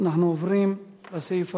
אנחנו עוברים לסעיף הבא: